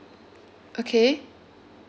okay